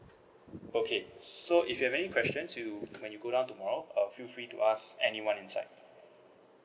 okay so if you have any questions you when you go down tomorrow uh feel free to ask anyone inside